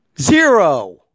Zero